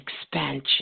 expansion